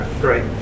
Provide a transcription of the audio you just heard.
great